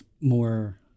more